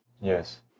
Yes